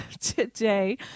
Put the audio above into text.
today